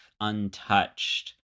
untouched